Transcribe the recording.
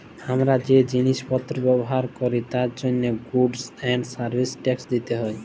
হামরা যে জিলিস পত্র ব্যবহার ক্যরি তার জন্হে গুডস এন্ড সার্ভিস ট্যাক্স দিতে হ্যয়